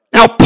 Now